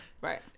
Right